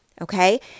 okay